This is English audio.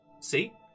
see